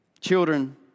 Children